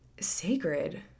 sacred